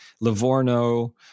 Livorno